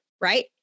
right